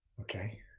Okay